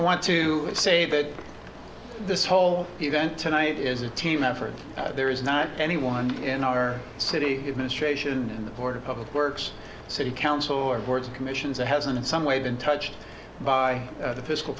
i want to say that this whole event tonight is a team effort there is not anyone in our city administration and the board of public works city council or boards commissions that hasn't some way been touched by the